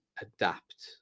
adapt